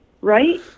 Right